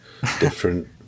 different